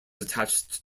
attached